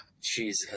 Jesus